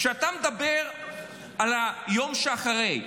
כשאתה מדבר על היום שאחרי,